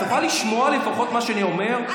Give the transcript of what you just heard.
את יכולה לשמוע לפחות מה שאני אומר?